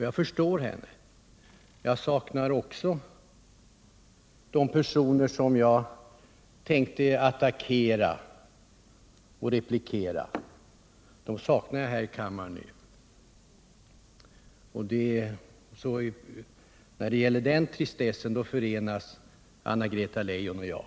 Jag förstår henne — jag saknar också de personer som jag tänkte attackera och replikera. När det gäller detta trista faktum förenas Anna-Greta Leijon och jag.